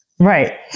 Right